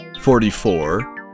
forty-four